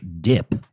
dip